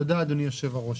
תודה אדוני היושב-ראש,